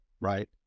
right